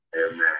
Amen